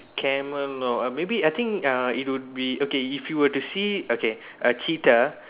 camel no uh maybe I think it uh it would be okay if you were to see okay a cheetah